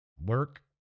work